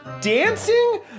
dancing